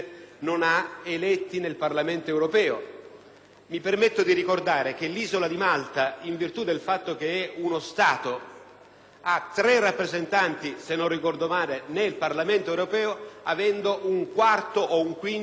Mi permetto di ricordare che l'isola di Malta, in virtù del fatto che è uno Stato, ha se non ricordo male tre rappresentanti nel Parlamento europeo, pur avendo un quarto o un quinto della popolazione dell'isola della Sardegna.